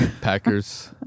Packers